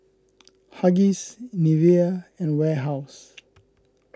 Huggies Nivea and Warehouse